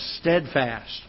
steadfast